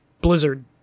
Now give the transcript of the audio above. Blizzard